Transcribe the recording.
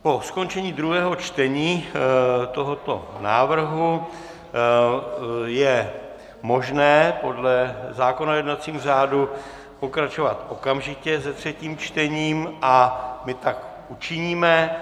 Po skončení druhého čtení tohoto návrhu je možné podle zákona o jednacím řádu pokračovat okamžitě se třetím čtením a my tak učiníme.